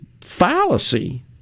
fallacy